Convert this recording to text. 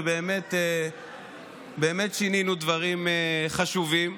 ובאמת שינינו דברים חשובים.